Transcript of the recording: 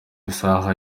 isaha